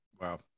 Wow